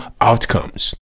outcomes